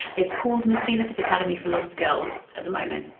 it's called miss juniper's academy for lost girls at the moment,